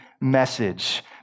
message